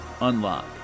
unlock